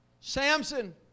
Samson